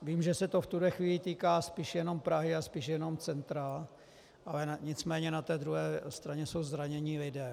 Vím, že se to v tuto chvíli týká spíše jen Prahy a spíš jenom centra, nicméně na té druhé straně jsou zranění lidé.